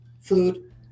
food